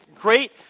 great